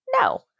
No